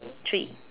three